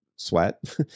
Sweat